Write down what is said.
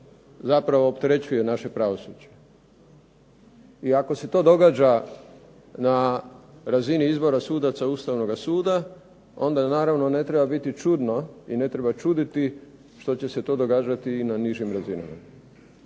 zapravo opterećuje naše pravosuđe. I ako se to događa na razini izbora sudaca Ustavnoga suda onda naravno ne treba biti čudno i ne treba čuditi što će se to događati i na nižim razinama.